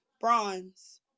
bronze